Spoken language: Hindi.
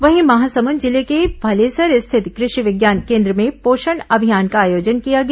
वहीं महासमुद जिले के भलेसर स्थित कृषि विज्ञान केन्द्र में पोषण अभियान का आयोजन किया गया